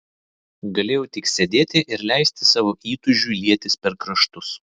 galėjau tik sėdėti ir leisti savo įtūžiui lietis per kraštus